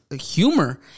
humor